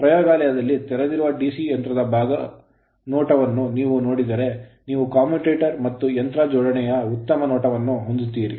ಪ್ರಯೋಗಾಲಯದಲ್ಲಿ ತೆರೆದಿರುವ DC ಯಂತ್ರದ ವಿಭಾಗ ನೋಟವನ್ನು ನೀವು ನೋಡಿದರೆ ನೀವು commutator ಕಮ್ಯೂಟರೇಟರ್ ಮತ್ತು ಯಂತ್ರ ಜೋಡಣೆಯ ಉತ್ತಮ ನೋಟವನ್ನು ಹೊಂದುತ್ತೀರಿ